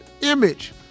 image